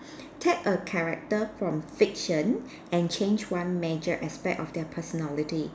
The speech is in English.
get a character from a fiction and change one major aspect of their personality